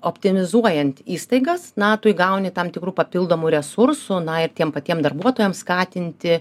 optimizuojant įstaigas na tu įgauni tam tikrų papildomų resursų na ir tiem patiem darbuotojams skatinti